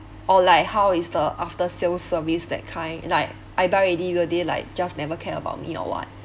or like how is the after sales service that kind like I buy already will they like just never care about me or what